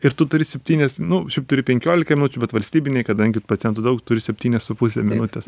ir tu turi septynias nu šiaip turi penkiolika minučių bet valstybinėj kadangi pacientų daug turi septynias su puse minutės